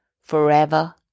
forever